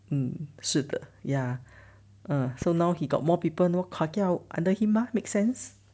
mm 是的 ya err so now he got more people no kakiao under him mah make sense